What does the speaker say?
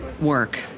work